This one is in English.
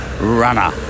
runner